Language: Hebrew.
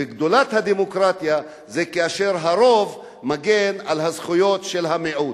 וגדולת הדמוקרטיה זה כאשר הרוב מגן על הזכויות של המיעוט.